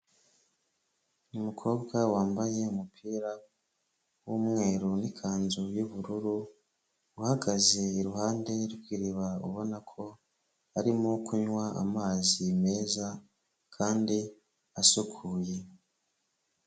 Umukobwa wambaye umupira w'umweru n'ikanzu y'ubururu, uhagaze iruhande rw'iriba, ubona ko arimo kunywa amazi meza kandi asukuye.